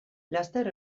laster